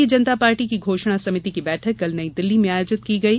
भारतीय जनता पार्टी की घोषणा समिति की बैठक कल नई दिल्ली में आयोजित की गयी